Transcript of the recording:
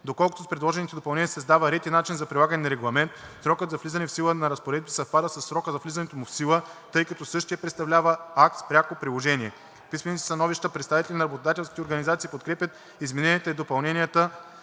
Доколкото с предложените допълнения се създават ред и начин за прилагане на регламент, срокът за влизане в сила на разпоредбите съвпада със срока за влизането му в сила, тъй като същият представлява акт с пряко приложение. В писмените си становища представителите на работодателските организации подкрепят измененията и допълненията.